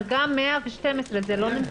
דרגה 112%, זה לא נמצא.